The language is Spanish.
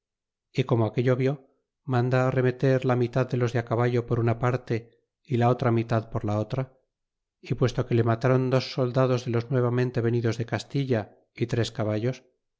y como aquello vió manda arremeter la mitad de los de caballo por una parte y la otra mitad por la otra y puesto que le matron dos soldados de los nuevamente venidos de castilla y tres caballos